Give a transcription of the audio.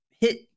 Hit